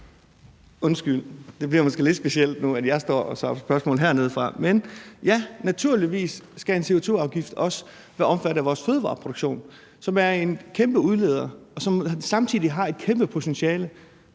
Undskyld, det bliver måske lidt specielt nu, hvor jeg står og svarer på spørgsmål hernedefra, men ja, naturligvis skal en CO2-afgift også omfatte vores fødevareproduktion, som er en kæmpe udleder, og som samtidig har et kæmpe potentiale